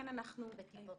בטיפות